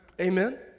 Amen